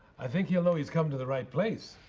i think he'll always come to the right place.